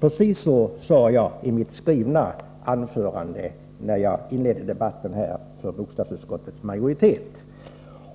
Precis så stod det i mitt skrivna anförande när jag talade för bostadsutskottets majoritet.